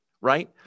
right